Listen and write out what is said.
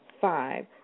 five